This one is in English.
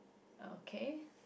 okay